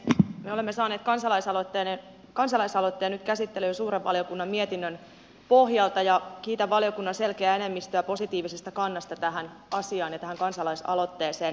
me olemme saaneet kansalaisaloitteen nyt käsittelyyn suuren valiokunnan mietinnön pohjalta ja kiitän valiokunnan selkeää enemmistöä positiivisesta kannasta tähän asiaan ja tähän kansalaisaloitteeseen